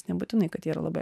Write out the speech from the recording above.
nebūtinai kad jie yra labai